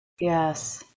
Yes